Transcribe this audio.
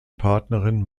partnerin